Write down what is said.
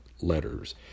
letters